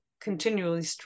continually